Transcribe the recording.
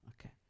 Okay